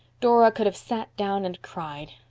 dora could have sat down and cried.